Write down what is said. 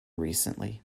recently